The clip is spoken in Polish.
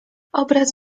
obraz